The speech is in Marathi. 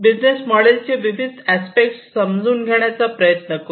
बिझनेस मोडेल चे विविध अस्पेक्ट समजून घेण्याचा प्रयत्न करू